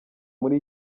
muri